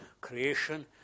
creation